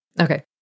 okay